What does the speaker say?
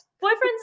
boyfriend's